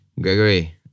Gregory